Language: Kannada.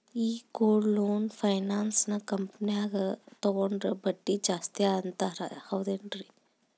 ಈ ಗೋಲ್ಡ್ ಲೋನ್ ಫೈನಾನ್ಸ್ ಕಂಪನ್ಯಾಗ ತಗೊಂಡ್ರೆ ಬಡ್ಡಿ ಜಾಸ್ತಿ ಅಂತಾರ ಹೌದೇನ್ರಿ?